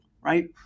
right